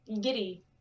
giddy